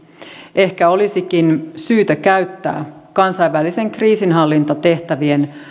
ehkä olisikin syytä käyttää kansainvälisen kriisinhallintatehtävien